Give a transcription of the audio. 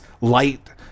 light